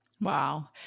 Wow